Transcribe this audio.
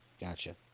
Gotcha